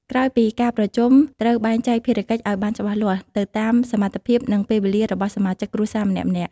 ក្រោយពីការប្រជុំ ត្រូវ បែងចែកភារកិច្ចឱ្យបានច្បាស់លាស់ ទៅតាម សមត្ថភាព និងពេលវេលា របស់សមាជិកគ្រួសារម្នាក់ៗ។